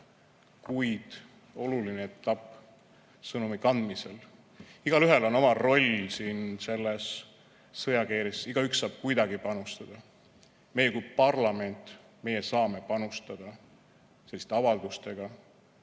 kuid oluline etapp sõnumi kandmisel. Igaühel on oma roll selles sõjakeerises, igaüks saab kuidagi panustada. Meie kui parlament saame panustada selliste avaldustega,